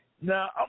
Now